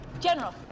General